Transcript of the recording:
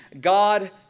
God